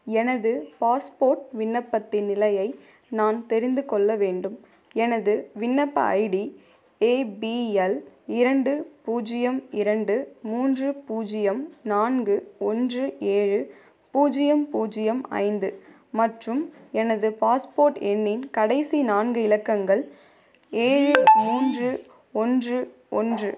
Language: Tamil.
எனது பாஸ்போர்ட் விண்ணப்பத்தின் நிலையை நான் தெரிந்து கொள்ள வேண்டும் எனது விண்ணப்ப ஐடி ஏ பி எல் இரண்டு பூஜ்ஜியம் இரண்டு மூன்று பூஜ்ஜியம் நான்கு ஒன்று ஏழு பூஜ்ஜியம் பூஜ்ஜியம் ஐந்து மற்றும் எனது பாஸ்போர்ட் எண்ணின் கடைசி நான்கு இலக்கங்கள் ஏழு மூன்று ஒன்று ஒன்று